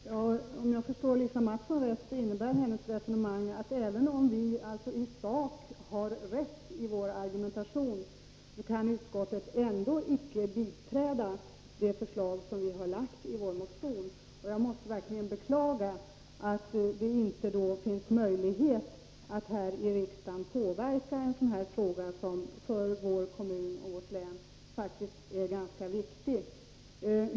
Herr talman! Om jag förstår Lisa Mattson rätt, innebär hennes resonemang, att även om vi i sak har rätt i vår argumentation, kan utskottet icke biträda det förslag som vi har väckt i vår motion. Jag måste verkligen beklaga att det inte finns möjlighet att här i riksdagen påverka i en sådan fråga, som för vår kommun och vårt län faktiskt är ganska viktig.